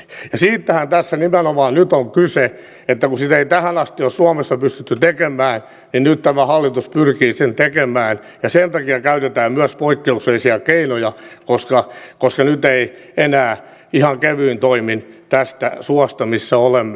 siitähän tässä nimenomaan nyt on kyse että kun sitä ei tähän asti ole suomessa pystytty tekemään niin nyt tämä hallitus pyrkii sen tekemään ja sen takia käytetään myös poikkeuksellisia keinoja koska nyt ei enää ihan kevyin toimin nousta tästä suosta missä olemme